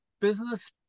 business